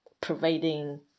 providing